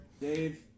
Dave